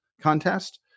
contest